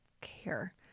care